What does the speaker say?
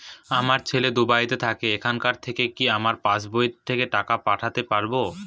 আমার ছেলে দুবাইতে থাকে ওখান থেকে কি আমার পাসবইতে টাকা পাঠাতে পারবে?